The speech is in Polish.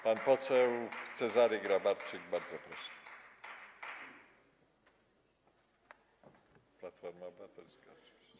Pan poseł Cezary Grabarczyk, bardzo proszę, Platforma Obywatelska oczywiście.